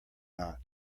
not